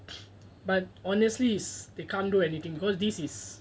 but honestly is they can't do anything cause this is